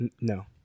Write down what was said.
No